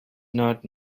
not